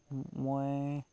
মই